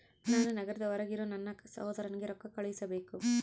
ನಾನು ನಗರದ ಹೊರಗಿರೋ ನನ್ನ ಸಹೋದರನಿಗೆ ರೊಕ್ಕ ಕಳುಹಿಸಬೇಕು